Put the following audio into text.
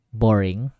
boring